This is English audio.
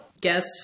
guess